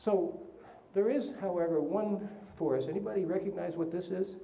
so there is however one for anybody recognize what this is